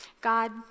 God